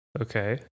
Okay